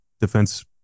defense